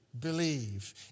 believe